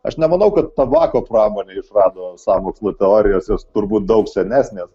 aš nemanau kad tabako pramonė išrado sąmokslo teorijas jos turbūt daug senesnės